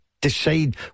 Decide